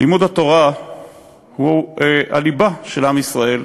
לימוד התורה הוא הליבה של עם ישראל.